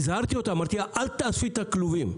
הזהרתי אותה ואמרתי לה: אל תהרסי את הכלובים,